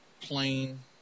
plain